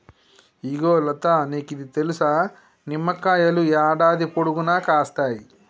ఇగో లతా నీకిది తెలుసా, నిమ్మకాయలు యాడాది పొడుగునా కాస్తాయి